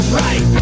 right